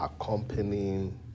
accompanying